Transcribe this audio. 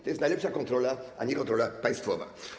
To jest najlepsza kontrola, a nie kontrola państwowa.